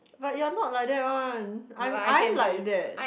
but you're not like that one I'm I'm like that